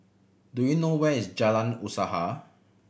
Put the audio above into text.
do you know where is Jalan Usaha